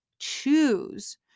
choose